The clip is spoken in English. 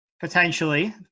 Potentially